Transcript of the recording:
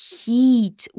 heat